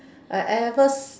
I I at first